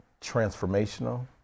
transformational